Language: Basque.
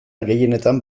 gehienetan